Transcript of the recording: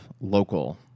local